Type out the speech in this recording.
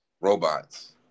robots